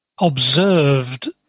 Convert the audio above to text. observed